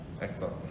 Excellent